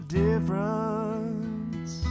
difference